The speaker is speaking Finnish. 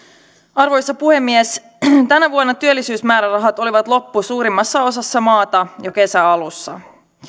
arvoisa puhemies tänä vuonna työllisyysmäärärahat olivat loppu suurimmassa osassa maata jo kesän alussa